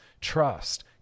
trust